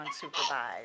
unsupervised